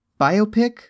biopic